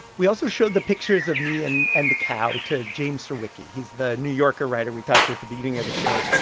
we also showed the pictures of me and and the cow to james surowiecki. he's the new yorker writer we talked to at the beginning of the show.